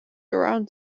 around